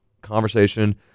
conversation